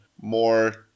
more